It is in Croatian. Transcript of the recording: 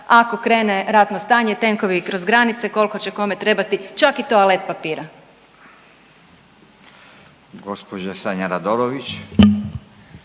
ako krene ratno stanje tenkovi kroz granice koliko će kome trebati čak i toalet papira.